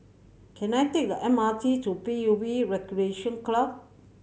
can I take the M R T to P U B Recreation Club